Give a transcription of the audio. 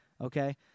okay